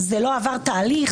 זה לא עבר תהליך.